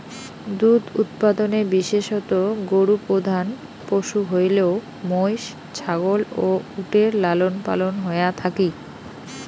দুধ উৎপাদনে বিশেষতঃ গরু প্রধান পশু হইলেও মৈষ, ছাগল ও উটের লালনপালন হয়া থাকি